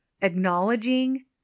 acknowledging